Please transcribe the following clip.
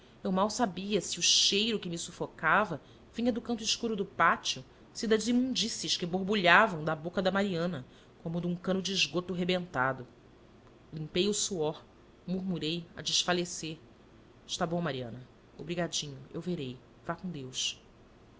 eu mal sabia se o cheiro que me sufocava vinha do canto escuro do pátio se das imundícies que borbulhavam da boca da mariana como de um cano de esgoto rebentado limpei o suor murmurei a desfalecer está bom mariana obrigadinho eu verei vá com deus